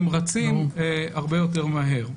הם רצים הרבה יותר מהר.